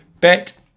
bet